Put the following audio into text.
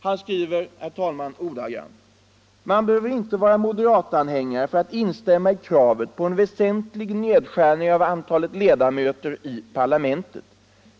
Han skriver, herr talman, ordagrant: ”Man behöver inte vara moderatanhängare för att instämma i kravet på en väsentlig nedskärning av antalet ledamöter i parlamentet.